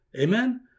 amen